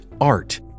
art